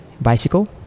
bicycle